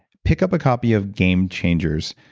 pick up a copy of game changers.